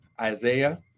isaiah